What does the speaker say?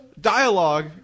dialogue